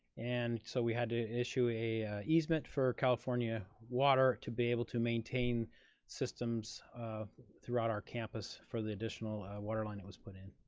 and so we had to issue a easement for california water to be able to maintain systems throughout our campus for the additional water line that was put in.